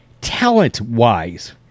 Talent-wise